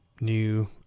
new